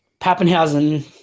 Pappenhausen